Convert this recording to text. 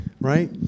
right